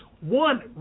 one